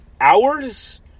hours